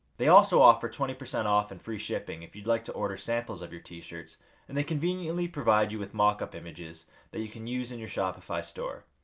they also offer twenty percent off and free shipping if you'd like to order samples of your t-shirts and the conveniently provide you with mock up images that you can use in your shopify store.